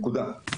נקודה.